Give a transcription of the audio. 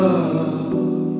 love